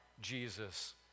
Jesus